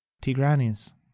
tigranes